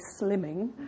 slimming